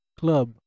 club